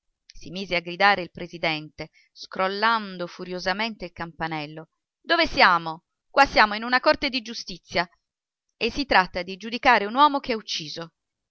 si mise a gridare il presidente scrollando furiosamente il campanello dove siamo qua siamo in una corte di giustizia e si tratta di giudicare un uomo che ha ucciso